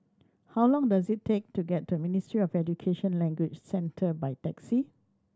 how long does it take to get to Ministry of Education Language Centre by taxi